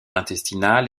intestinal